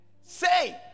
Say